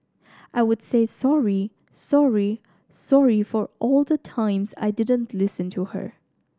I would say sorry sorry sorry for all the times I didn't listen to her